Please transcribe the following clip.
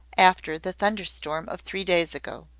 after the thunder-storm of three days ago.